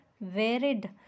varied